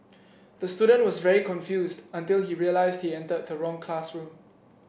the student was very confused until he realised he entered the wrong classroom